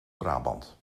brabant